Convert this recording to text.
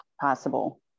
possible